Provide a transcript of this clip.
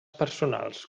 personals